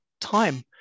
time